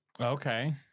Okay